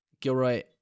Gilroy